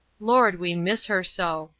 lord, we miss her so!